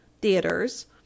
theaters